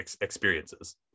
experiences